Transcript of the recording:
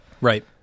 Right